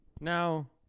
Now